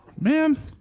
Man